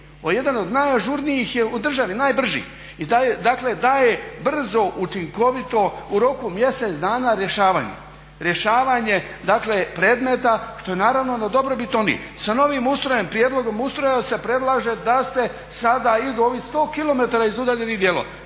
jedan od najažurnijih je u državi, najbrži. I dakle daje brzo, učinkovito, u roku mjesec dana rješavanje. Rješavanje dakle predmeta što je naravno na dobrobiti …/Govornik se ne razumije./…. Sa novim ustrojem prijedloga, ustrojem se predlaže da se sada idu ovih 100 km iz udaljenih dijelova.